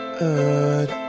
Good